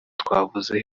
twavuze